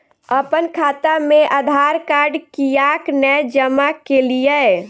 अप्पन खाता मे आधारकार्ड कियाक नै जमा केलियै?